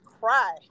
cry